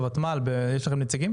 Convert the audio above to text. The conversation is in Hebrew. בוותמ"ל יש לכם נציגים?